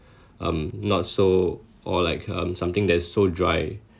um not so or like um something that is so dry